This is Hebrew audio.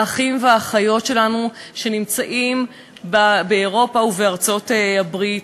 האחים והאחיות שלנו שנמצאים באירופה ובארצות-הברית.